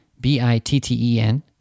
b-i-t-t-e-n